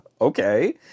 Okay